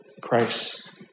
Christ